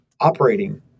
operating